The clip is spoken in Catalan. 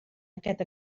aquest